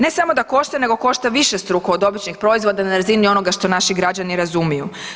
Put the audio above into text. Ne samo da košta nego košta višestruko od običnog proizvoda na razini onoga što naši građani razumiju.